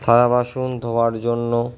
থালাবাসন ধোওয়ার জন্য